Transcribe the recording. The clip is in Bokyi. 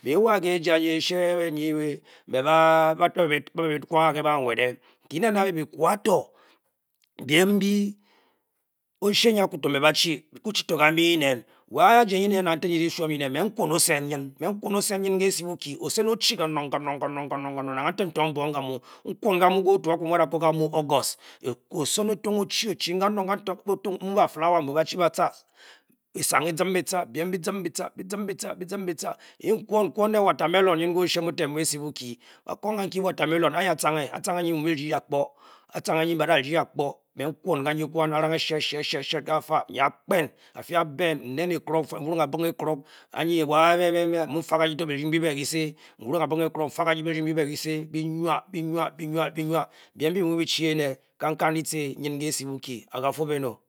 Ba be wa ke aar nye ashie nye mbe ba kwa le bawed eh ntuene ba kwa tor mbe oswe nye ku tor mbe ba chi ina ntengi me sel ben nye le oshee boki ochi panon kanong ba flower mbe tong esang asem etah bem za zem be tah nton tor watermelon le oshie boki ba con peln toi watermelon anye mude a plaor ba sha sha inwa beem mbe mu chi ne can kar le ope lati le oshie boki aha fo ben oh